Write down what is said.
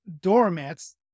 doormats